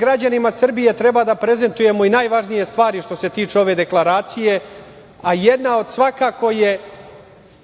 građanima Srbije treba da prezentujemo i najvažnije stvari što se tiče ove deklaracije, a jedna od njih svakako je